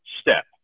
step